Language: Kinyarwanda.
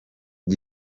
com